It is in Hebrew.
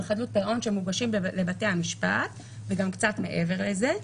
חדלות פירעון שמוגשים לבתי המשפט וגם קצת מעבר לזה,